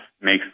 makes